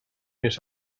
mis